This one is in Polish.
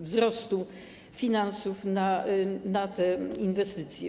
wzrostu finansów na te inwestycje.